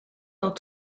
dans